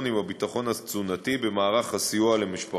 עם הביטחון התזונתי במערך הסיוע למשפחות.